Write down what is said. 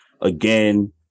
again